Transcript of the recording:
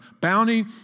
bounty